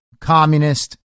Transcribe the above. communist